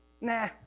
Nah